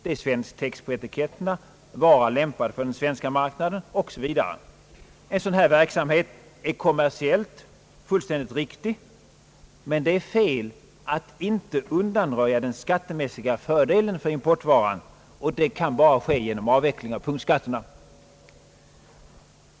Det är svensk text på etiketterna, varan är lämpad för den svenska marknaden osv. En sådan här verksamhet är kommersiellt fullständigt riktig, men det är fel att inte undanröja den skattemässiga fördelen för importvaran, och det kan ske bara genom avveckling av punktskatterna.